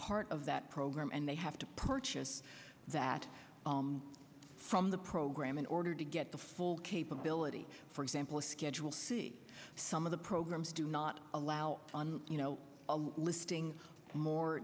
part of that program and they have to purchase that from the program in order to get the full capability for example a schedule c some of the programs do not allow you know a listing more